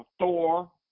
thor